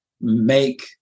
make